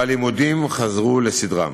והלימודים חזרו לסדרם.